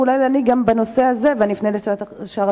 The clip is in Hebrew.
ואולי גם בנושא הזה אני אפנה לשר התקשורת,